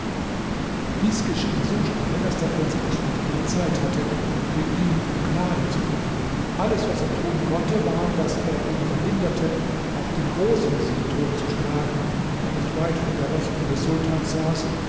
dies geschah so schnell daß der prinz ahmed keine zeit hatte für ihn um gnade zu bitten alles was er tun konnte war daß er ihn verhinderte auch den großvezier tot zu schlagen der nicht weit von der rechten des sultans saß